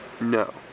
No